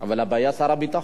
אבל הבעיה היא שר הביטחון,